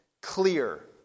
clear